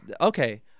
Okay